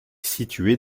située